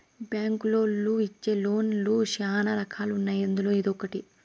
బ్యాంకులోళ్ళు ఇచ్చే లోన్ లు శ్యానా రకాలు ఉన్నాయి అందులో ఇదొకటి